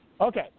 Okay